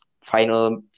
final